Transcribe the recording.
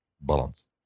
Balance